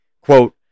Quote